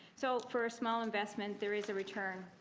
so for a small investment there's a return.